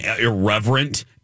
Irreverent